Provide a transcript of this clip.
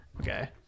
Okay